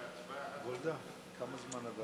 אחרי כזאת קואליציה לא מסוגלים לארגן 61 להצבעה,